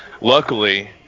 luckily